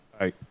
Hi